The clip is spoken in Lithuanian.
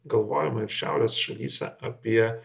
galvojama ir šiaurės šalyse apie